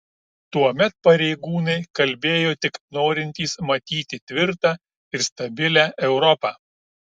tuomet pareigūnai kalbėjo tik norintys matyti tvirtą ir stabilią europą